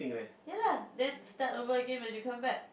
ya lah then start over again when you come back